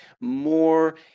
more